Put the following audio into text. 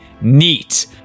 neat